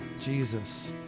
Jesus